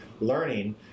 learning